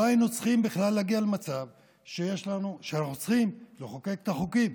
לא היינו צריכים בכלל להגיע למצב שאנחנו צריכים לחוקק את החוקים.